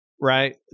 right